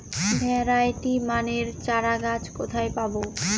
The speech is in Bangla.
ভ্যারাইটি মানের চারাগাছ কোথায় পাবো?